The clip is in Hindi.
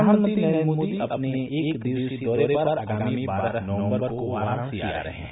प्रधानमंत्री नरेन्द्र मोदी अपने एक दिवसीय दौरे पर आगामी बारह नवम्बर को वाराणसी आ रहे हैं